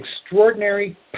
extraordinary